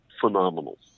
phenomenal